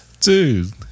dude